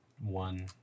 one